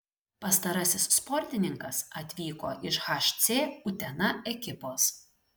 pastarasis sportininkas atvyko iš hc utena ekipos